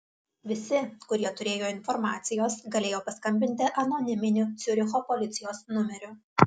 visi kurie turėjo informacijos galėjo paskambinti anoniminiu ciuricho policijos numeriu